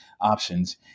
options